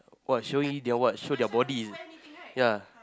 !wah! surely they're what show their bodies is ya